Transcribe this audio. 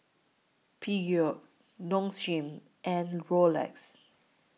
Peugeot Nong Shim and Rolex